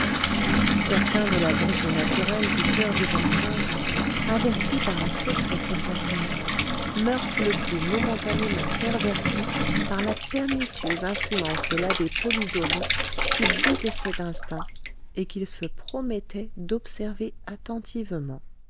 certain de la bonté naturelle du coeur du jeune prince averti par un secret pressentiment murph le crut momentanément perverti par la pernicieuse influence de l'abbé polidori qu'il détestait d'instinct et qu'il se promettait d'observer attentivement